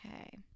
Okay